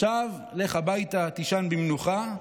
עכשיו לך הביתה, תישן במנוחה,